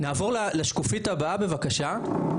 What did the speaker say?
נעבור לשקופית הבאה בבקשה.